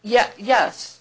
yes yes